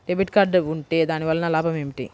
Debit card ఉంటే దాని వలన లాభం ఏమిటీ?